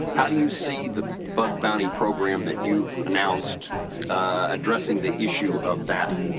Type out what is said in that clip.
how do you see the bug bounty program that you've announced addressing the issue of that?